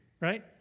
right